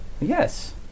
Yes